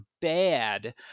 bad